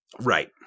Right